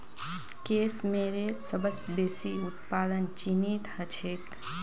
case मेयरेर सबस बेसी उत्पादन चीनत ह छेक